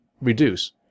reduce